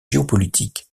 géopolitique